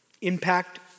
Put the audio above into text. Impact